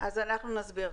אנחנו נסביר.